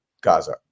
Gaza